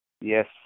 Yes